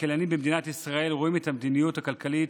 כלכלנים במדינת ישראל רואים את המדיניות הכלכלית